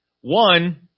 One